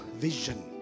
vision